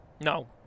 No